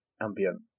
ambient